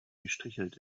gestrichelt